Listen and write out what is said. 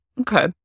Okay